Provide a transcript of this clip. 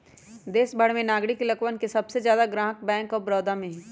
देश भर में ग्रामीण इलकवन के सबसे ज्यादा ग्राहक बैंक आफ बडौदा में हई